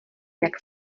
jak